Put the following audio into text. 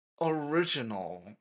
original